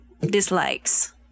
dislikes